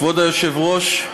כבוד היושב-ראש,